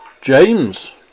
James